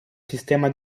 sistema